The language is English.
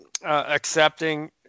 Accepting